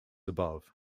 above